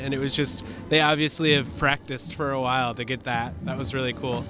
and it was just they obviously have practiced for a while to get that that was really cool